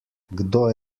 kdo